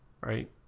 right